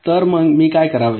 तर मग मी काय करावे